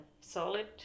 solid